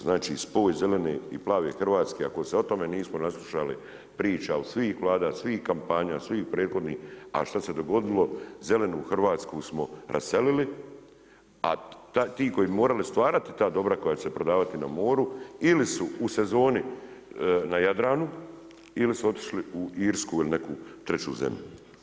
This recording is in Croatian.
Znači, spoj zelene i plave Hrvatske ako se o tome nismo naslušali priča od svih vlada, svih kampanja, svih prethodnih a što se dogodilo, zelenu Hrvatsku smo raselili, a ti koji bi morali stvarati ta dobra koja će se prodavati na moru ili su u sezoni na Jadranu, ili su otišli u Irsku ili neku treću zemlju.